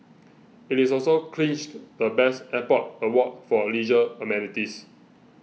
it also clinched the best airport award for leisure amenities